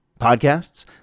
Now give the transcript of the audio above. podcasts